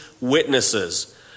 witnesses